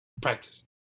Practice